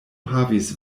havis